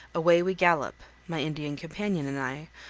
away we gallop, my indian companion and i,